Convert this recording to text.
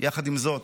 יחד עם זאת,